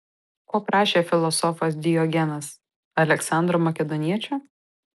ko prašė filosofas diogenas aleksandro makedoniečio